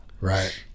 Right